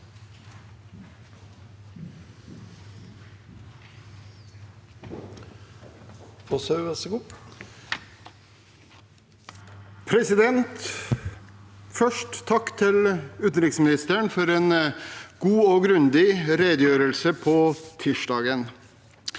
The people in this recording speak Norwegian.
Først: Takk til utenriksministeren for en god og grundig redegjørelse på tirsdag.